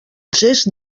gest